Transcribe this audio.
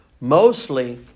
Mostly